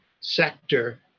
sector